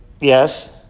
Yes